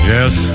Yes